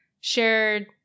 Shared